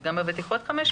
גם בוותיקות 500 שקל?